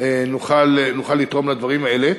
נוכל לתרום לדברים האלה.